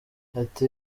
ati